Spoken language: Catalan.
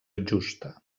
justa